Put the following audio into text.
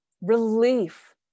relief